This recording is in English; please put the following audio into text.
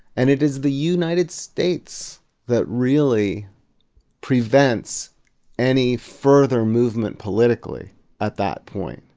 and it is the united states that really prevents any further movement politically at that point,